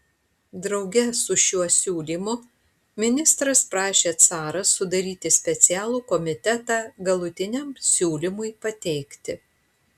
drauge su šiuo siūlymu ministras prašė carą sudaryti specialų komitetą galutiniam siūlymui pateikti